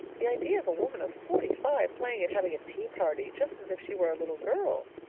the idea of a woman of forty-five playing at having a tea party, just as if she were a little girl!